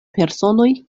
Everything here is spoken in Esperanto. personoj